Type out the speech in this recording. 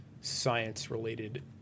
science-related